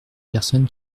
personne